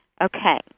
Okay